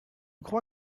crois